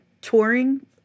touring